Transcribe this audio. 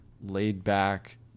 laid-back